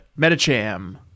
Metacham